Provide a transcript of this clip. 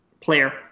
player